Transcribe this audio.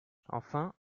enfin